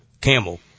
camel